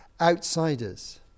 outsiders